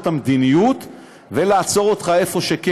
את המדיניות ולעצור אותך איפה שלא.